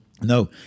No